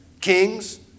kings